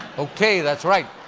okay, that's right.